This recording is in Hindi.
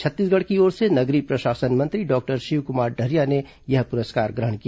छत्तीसगढ़ की ओर से नगरीय प्रशासन मंत्री डॉक्टर शिवकुमार डहरिया ने यह पुरस्कार ग्रहण किया